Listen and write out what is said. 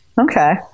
Okay